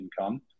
income